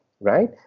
right